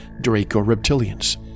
Draco-Reptilians